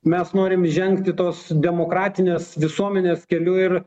mes norim žengti tos demokratinės visuomenės keliu ir